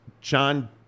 John